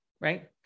right